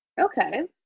okay